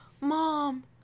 Mom